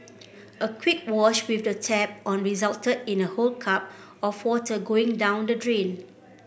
a quick wash with the tap on resulted in a whole cup of water going down the drain